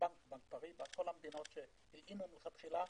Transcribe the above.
כל המדינות שהלאימו בתחילה.